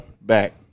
back